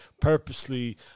purposely